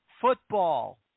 football